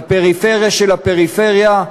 בפריפריה של הפריפריה.